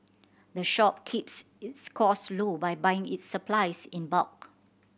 the shop keeps its cost low by buying its supplies in bulk